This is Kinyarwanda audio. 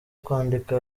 kwandika